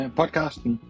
podcasten